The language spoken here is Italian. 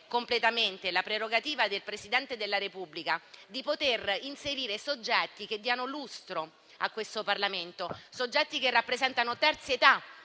completamente la prerogativa del Presidente della Repubblica di poter inserire soggetti che diano lustro a questo Parlamento, soggetti che rappresentano terzietà